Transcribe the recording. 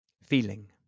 Feeling